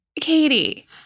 Katie